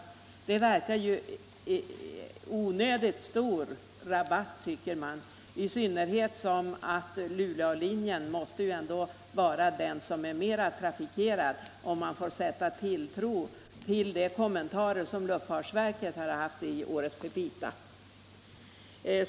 Det förra tycker jag verkar att vara en onödigt hög rabatt, 67 Om prishöjningarna på inrikesflygets speciellt som ju Luleålinjen måste vara den mest trafikerade - om man får sätta tilltro till luftfartverkets kommentarer i årets petita.